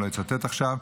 ואני לא אצטט עכשיו,